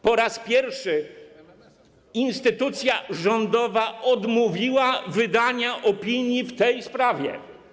Po raz pierwszy instytucja rządowa odmówiła wydania opinii w tej sprawie.